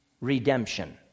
redemption